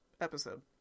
episode